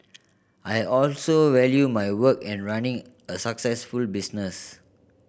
I also value my work and running a successful business